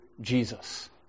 Jesus